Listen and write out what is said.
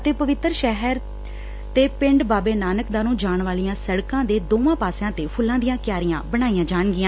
ਅਤੇ ਪਵਿੱਤਰ ਸ਼ਹਿਰ ਤੇ ਪਿੰਡ ਬਾਬੇ ਨਾਨਕ ਦਾ ਨੂੰ ਜਾਣ ਵਾਲੀਆਂ ਸੜਕਾਂ ਦੇ ਦੋਵਾਂ ਪਾਸਿਆਂ ਤੇ ਫੁੱਲਾਂ ਦੀਆਂ ਕਿਆਰੀਆਂ ਬਣਾਈਆਂ ਜਾਣਗੀਆਂ